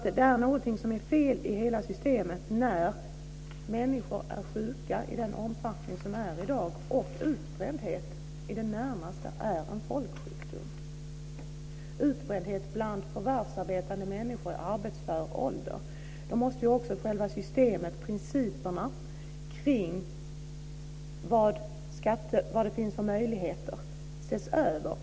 Det är någonting som är fel i hela systemet när människor är sjuka i den omfattning som är i dag och utbrändhet i det närmaste är en folksjukdom - utbrändhet bland förvärvsarbetande människor i arbetsför ålder. Därför måste möjligheterna att göra någonting åt detta ses över.